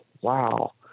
Wow